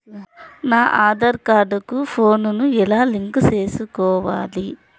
నా ఆధార్ కార్డు కు ఫోను ను ఎలా లింకు సేసుకోవాలి?